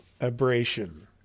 abrasion